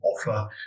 offer